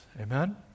Amen